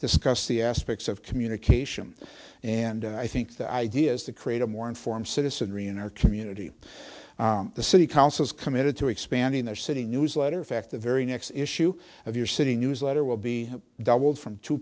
discuss the aspects of communication and i think the idea is to create a more informed citizenry in our community the city council is committed to expanding their city newsletter fact the very next issue of your city newsletter will be doubled from two